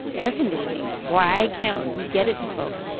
air conditioning why can't we get it to folks?